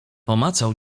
pomacał